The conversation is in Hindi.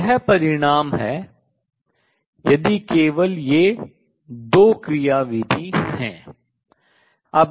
तो यह परिणाम है यदि केवल ये दो क्रियाविधि हैं